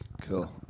cool